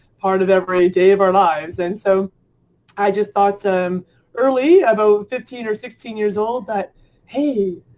part of every day of our lives and so i just thought um early, about fifteen or sixteen years old, that hey,